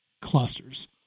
clusters